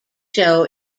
show